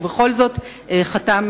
בכל זאת חתם